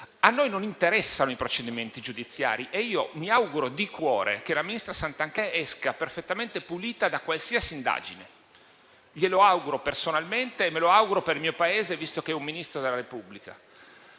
A noi non interessano i procedimenti giudiziari e io mi auguro di cuore che la Ministra Santanchè esca perfettamente pulita da qualsiasi indagine. Glielo auguro personalmente e me lo auguro per il mio Paese, visto che è un Ministro della Repubblica,